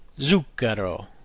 Zucchero